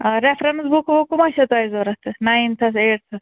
ٲں ریٚفریٚنٕس بُکہٕ وُکہٕ ما چھُو تۄہہِ ضُوٚرَتھ نایِنتھَس ایٹتھَس